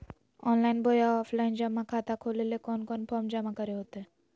Online बोया offline जमा खाता खोले ले कोन कोन फॉर्म जमा करे होते?